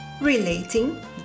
relating